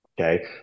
Okay